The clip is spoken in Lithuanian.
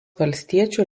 valstiečių